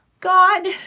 God